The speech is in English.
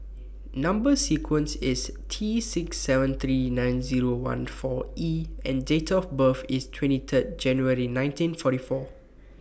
Number sequence IS T six seven three nine Zero one four E and Date of birth IS twenty three January nineteen forty four